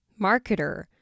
marketer